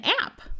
app